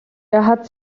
hat